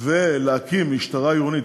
ולהקים משטרה עירונית,